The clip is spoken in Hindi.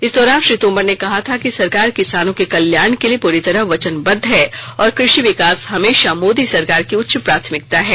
इस दौरान श्री तोमर ने कहा था कि सरकार किसानों के कल्याण के लिए प्ररी तरह वचनबद्व है और कृषि विकास हमेशा मोदी सरकार की उच्च प्राथमिकता है